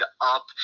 up